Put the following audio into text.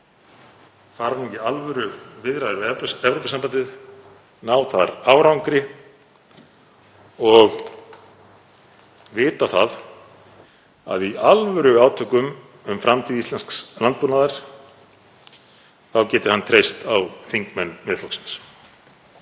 fara nú í alvöruviðræður við Evrópusambandið, ná þar árangri og vita að í alvöruátökum um framtíð íslensks landbúnaðar geti hann treyst á þingmenn Miðflokksins.